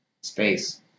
space